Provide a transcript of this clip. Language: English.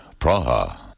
Praha